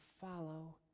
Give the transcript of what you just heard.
follow